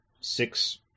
six